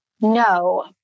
No